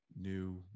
new